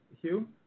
Hugh